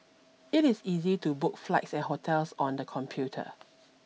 it is easy to book flights and hotels on the computer